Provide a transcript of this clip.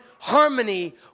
harmony